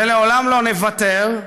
ולעולם לא נוותר,